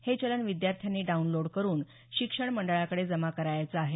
हे चलन विद्यार्थ्यांनी डाऊनलोड करून शिक्षण मंडळाकडे जमा करायचं आहे